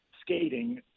skating